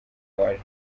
mubare